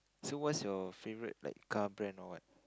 so what's your favourite like car brand or what